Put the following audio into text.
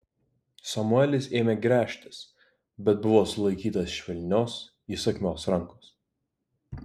samuelis ėmė gręžtis bet buvo sulaikytas švelnios įsakmios rankos